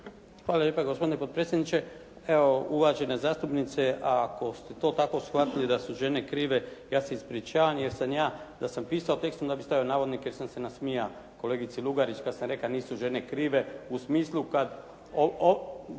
Hvala lijepa gospodine potpredsjedniče. Evo, uvažena zastupnice ako ste to tako shvatili da su žene krive ja se ispričavam, jer sam ja, da sam pisao tekst onda bih stavio navodnike jer sam se nasmijao kolegici Lugarić kad sam rekao nisu žene krive u smislu kad,